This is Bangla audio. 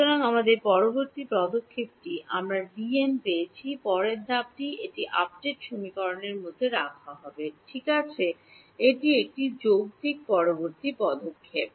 সুতরাং আমাদের পরবর্তী পদক্ষেপটি আমরা Dn পেয়েছি পরের ধাপটি এটি আপডেট সমীকরণের মধ্যে রাখা হবে ঠিক এটি একটি যৌক্তিক পরবর্তী পদক্ষেপ